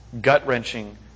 Gut-wrenching